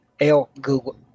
L-Google